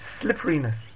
slipperiness